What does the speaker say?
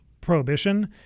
prohibition